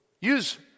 use